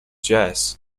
jazz